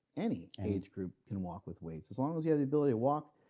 any age group can walk with weights as long as you have the ability to walk,